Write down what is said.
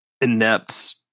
inept